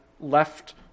left